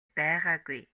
байгаагүй